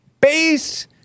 Base